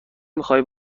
میخوای